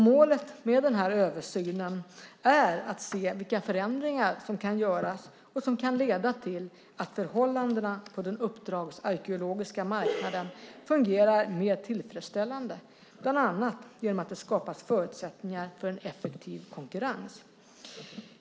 Målet med översynen är att se vilka förändringar som kan göras och som kan leda till att förhållandena på den uppdragsarkeologiska marknaden fungerar mer tillfredsställande, bland annat genom att det skapas förutsättningar för en effektiv konkurrens.